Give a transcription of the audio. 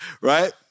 right